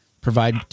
provide